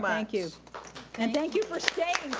um thank you. and thank you for staying